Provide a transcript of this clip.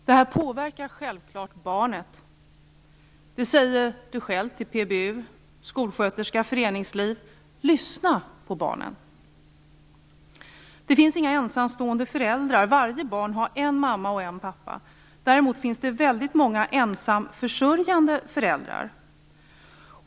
Det här påverkar självfallet barnet, det säger de själva till PBU, skolsköterskor och föreningsliv. Lyssna på barnen! Det finns inga ensamstående föräldrar - varje barn har en mamma och en pappa. Däremot finns det väldigt många ensamförsörjande föräldrar.